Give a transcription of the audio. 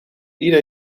ieder